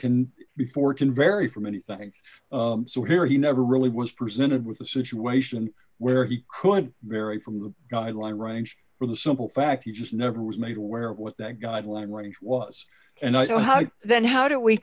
can before it can vary from anything so here he never really was presented with a situation where he could vary from the guideline range for the simple fact he just never was made aware of what that guideline range was and i know how then how do we